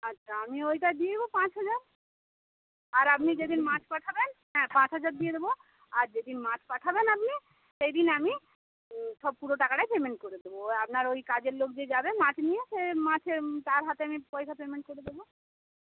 আচ্ছা আমি ওইটা দিব পাঁচ হাজার আর আপনি যেদিন মাছ পাঠাবেন হ্যাঁ পাঁচ হাজার দিয়ে দেব আর যেদিন মাছ পাঠাবেন আপনি সেই দিন আমি সব পুরো টাকাটাই পেমেন্ট করে দেব ওর আপনার ওই কাজের লোক যে যাবে মাছ নিয়ে সে মাছের তার হাতে আমি পয়সা পেমেন্ট করে দেব